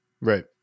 Right